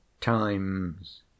times—